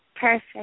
Perfect